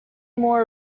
more